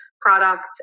product